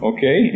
Okay